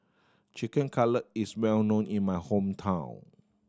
Chicken Cutlet is well known in my hometown